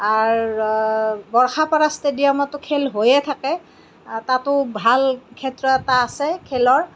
R বৰ্ষাপাৰা ষ্টেডিয়ামতো খেল হৈয়েই থাকে তাতো ভাল ক্ষেত্ৰ এটা আছে খেলৰ